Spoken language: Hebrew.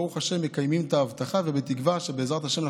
ברוך השם,